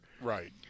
Right